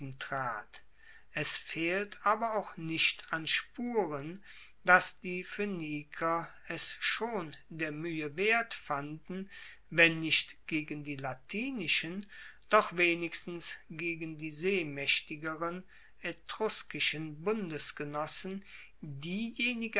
es fehlt aber auch nicht an spuren dass die phoeniker es schon der muehe wert fanden wenn nicht gegen die latinischen doch wenigstens gegen die seemaechtigeren etruskischen bundesgenossen